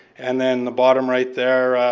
and then the bottom right there,